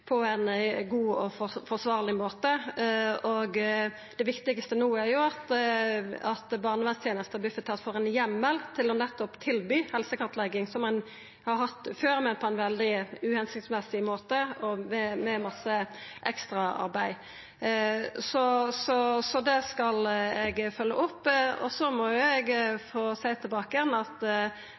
på ein god og forsvarleg måte. Det viktigaste no er at barnevernstenesta og Bufetat får ein heimel til nettopp å tilby helsekartlegging – som ein har hatt før, men på ein veldig uhensiktsmessig måte og med masse ekstraarbeid. Det skal eg følgja opp. Så må eg få seia tilbake igjen at